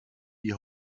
die